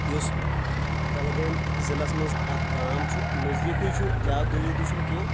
یُس کۄلگٲمۍ ضلعس منٛز اکھ گام چھُ نزدیٖکے چھُ زیادٕ دوٗر تہِ چھُنہٕ کینٛہہ